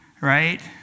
right